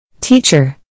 Teacher